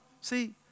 see